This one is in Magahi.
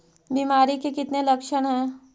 बीमारी के कितने लक्षण हैं?